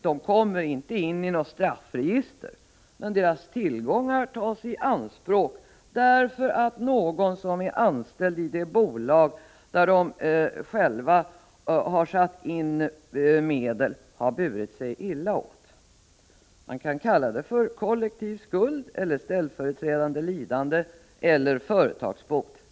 De kommer inte in i något straffregister, men deras tillgångar tas i anspråk därför att någon som är anställd i det bolag där de själva satt in medel har burit sig illa åt. Man kan kalla det för kollektiv skuld eller ställföreträdande lidande eller företagsbot.